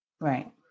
Right